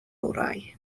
orau